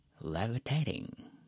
Levitating